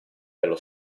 dello